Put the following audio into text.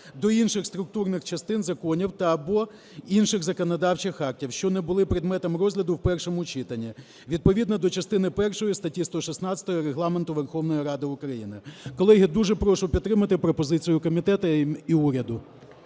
до інших структурних частин законів та/або інших законодавчих актів, що не були предметом розгляду в першому читанні. Відповідно до частини першої статті 116 Регламенту Верховної Ради України. Колеги, дуже прошу підтримати пропозицію комітету і уряду.